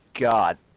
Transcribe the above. God